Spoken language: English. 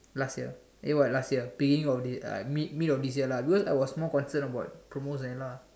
last year ah eh what last year beginning of this uh mid mid of this year lah because I'm more concerned about promos and lah